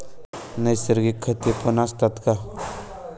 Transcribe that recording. नैसर्गिक खतेपण असतात का?